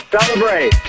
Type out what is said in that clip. Celebrate